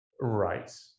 Right